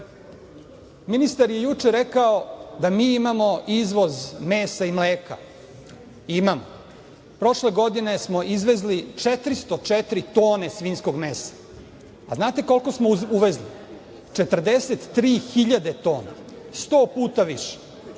je juče rekao da mi imamo izvoz mesa i mleka, imamo. Prošle godine smo izvezli 404 tone svinjskog mesa, a znate koliko smo uvezli? Uvezli smo 43 hiljade tona, sto puta